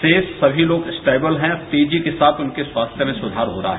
रोष सभी तोग स्टेबल हैं तेजी के साथ उनके स्वास्थ्य में सुधार हो रहा है